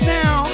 now